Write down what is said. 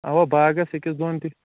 اَوا باغَس أکِس دۄن تہِ